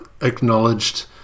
acknowledged